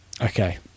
okay